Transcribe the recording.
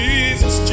Jesus